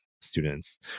students